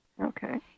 Okay